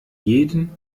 jeden